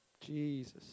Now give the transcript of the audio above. Jesus